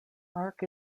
mark